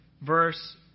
verse